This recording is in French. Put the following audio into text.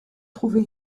trouvé